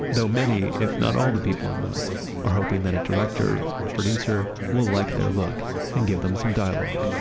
though many, if not all the people in line are hoping that a director or producer will like their look and give them some dialogue,